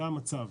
זה המצב.